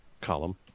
Column